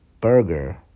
burger